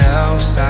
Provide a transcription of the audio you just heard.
else